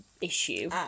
issue